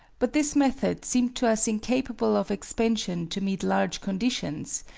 but this method seemed to us incapable of expansion to meet large conditions,